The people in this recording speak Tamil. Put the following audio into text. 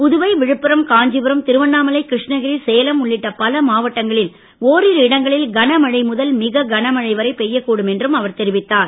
புதுவை விழுப்புரம் காஞ்சிபுரம் திருவண்ணாமலை கிருஷ்ணகிரி சேலம் உள்ளிட்ட பல மாவட்டங்களில் ஒரிரு இடங்களில் கனமழை முதல் மிக கனமழை வரை பெய்யக் கூடும் என்றும் அவர் தெரிவித்தார்